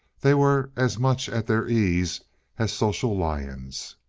they were as much at their ease as social lions.